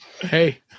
Hey